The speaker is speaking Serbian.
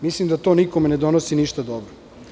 Mislim da to nikome ne donosi ništa dobro.